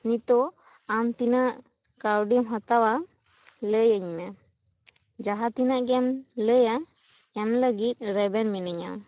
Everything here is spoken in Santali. ᱱᱤᱛᱚᱜ ᱟᱢ ᱛᱤᱱᱟᱹᱜ ᱠᱟᱹᱣᱰᱤᱢ ᱦᱟᱛᱟᱣᱟ ᱞᱟᱹᱭ ᱟᱹᱧ ᱢᱮ ᱢᱟᱦᱟᱸ ᱛᱤᱱᱟᱹᱜ ᱜᱮᱢ ᱞᱟᱹᱭᱟ ᱮᱢ ᱞᱟᱹᱜᱤᱫ ᱨᱮᱵᱮᱱ ᱢᱤᱱᱟᱹᱧᱟ